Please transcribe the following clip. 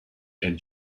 and